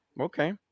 okay